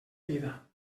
vida